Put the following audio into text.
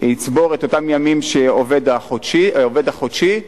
יצבור את אותם ימים שהעובד החודשי צובר,